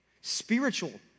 spiritual